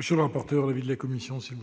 Quel est l'avis de la commission ? C'est